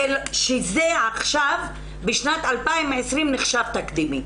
שזה עכשיו בשנת 2020 נחשב תקדימי.